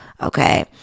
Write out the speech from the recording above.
Okay